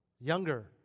younger